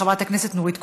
חברת הכנסת נורית קורן.